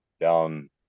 down